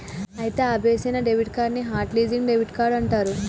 అయితే ఆపేసిన debit card ని హట్ లిస్సింగ్ డెబిట్ కార్డ్ అంటారు